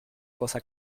cosa